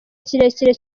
kirekire